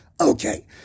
Okay